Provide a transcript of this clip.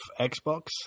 Xbox